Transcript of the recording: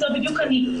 זו בדיוק אני.